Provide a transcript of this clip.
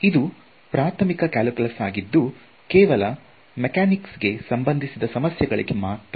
ಇದು ಪ್ರಾಥಮಿಕ ಕಲ್ಕ್ಯುಲಸ್ ಆಗಿದ್ದು ಕೇವಲ ಮೆಕ್ಯಾನಿಕ್ಸ್ ಗೆ ಸಂಬಂಧಿಸಿದ ಸಮಸ್ಯೆಗಳಿಗೆ ಮಾತ್ರ